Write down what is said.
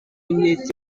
inkeke